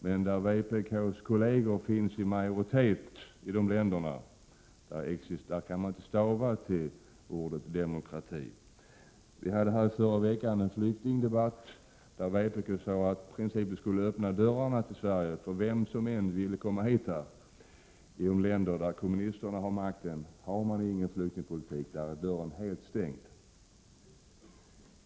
Men i de länder där kommunisterna finns i majoritet kan man knappast stava ordet demokrati. Vi hade förra veckan en flyktingdebatt, där vpk tyckte att vi i princip skulle öppna dörrarna i Sverige för vem som helst att komma hit. Men i de länder där kommunisterna har makten har man ingen flyktingpolitik, där är dörrarna helt stängda.